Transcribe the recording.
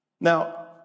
Now